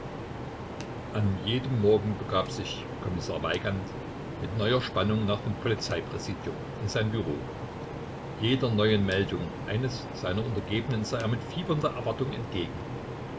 an jedem morgen begab sich kommissar weigand mit neuer spannung nach dem polizeipräsidium in sein büro jeder neuen meldung eines seiner untergebenen sah er mit fiebernder erwartung entgegen